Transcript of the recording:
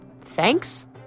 thanks